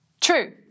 True